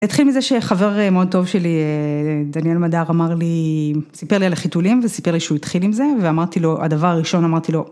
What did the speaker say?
‫התחיל מזה שחבר מאוד טוב שלי, ‫דניאל מדר, סיפר לי על החיתולים, ‫וסיפר לי שהוא התחיל עם זה, ‫והדבר הראשון אמרתי לו...